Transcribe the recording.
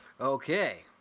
Okay